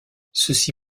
ceci